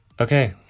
okay